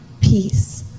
peace